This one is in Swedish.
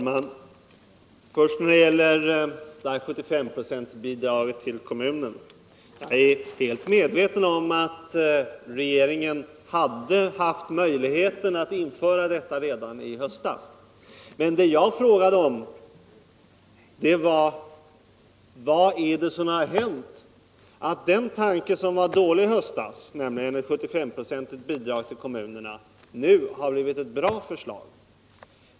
Herr talman! När det gäller 75-procentsbidraget till kommunen vill jag säga att jag är helt medveten om au regeringen haft möjlighet att införa detta redan i höstas. Men jag frågade om vad som har hänt när det förslag som var dåligt i höstas, nämligen ett 75-procentigt bidrag till kommunerna, nu blivit ett bra förslag.